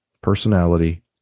personality